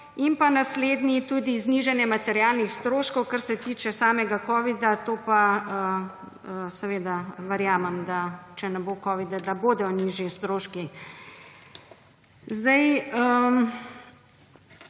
In naslednje tudi znižanje materialnih stroškov, kar se tiče samega covida, to pa seveda verjamem, da če ne bo covida, da bodo nižji stroški. S